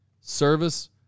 service